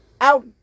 out